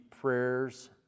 prayers